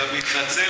אני גם מתנצל,